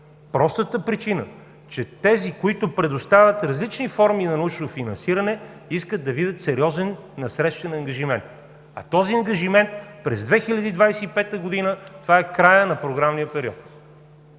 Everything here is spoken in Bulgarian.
простата причина че тези, които предлагат различни форми на научно финансиране, искат да видят сериозен насрещен ангажимент, а този ангажимент през 2025 г. – това е краят на програмния период.